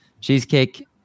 cheesecake